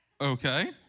okay